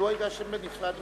אדוני מבקש שנשמע את המציעים.